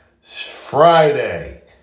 Friday